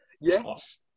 yes